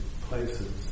places